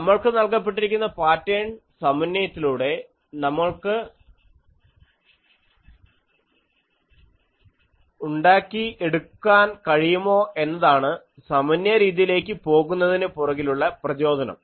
നമ്മൾക്ക് നൽകപ്പെട്ടിരിക്കുന്ന പാറ്റേൺ സമന്വയത്തിലൂടെ നമ്മൾക്ക് ഉണ്ടാക്കി എടുക്കാൻ കഴിയുമോ എന്നതാണ് സമന്വയ രീതിലേക്ക് പോകുന്നതിന് പുറകിലുള്ള പ്രചോദനം